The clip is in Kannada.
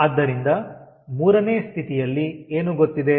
ಆದ್ದರಿಂದ 3ನೇ ಸ್ಥಿತಿಯಲ್ಲಿ ಏನು ಗೊತ್ತಿದೆ